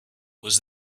was